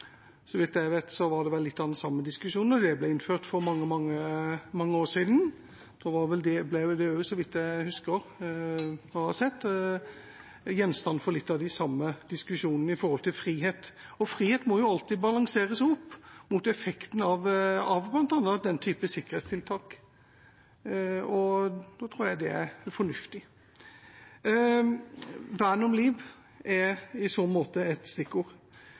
Så vidt jeg vet, var det vel litt av den samme diskusjonen da det ble innført for mange, mange år siden. Det ble vel også, så vidt jeg husker, og har sett, gjenstand for litt av de samme diskusjonene med hensyn til frihet. Frihet må jo alltid balanseres opp mot effekten av bl.a. denne typen sikkerhetstiltak, og det tror jeg er fornuftig. Vern om liv er i så måte stikkord. Men tilbake til det som handler om forbilder, at vi voksne skal være forbilder for barn. Jeg har et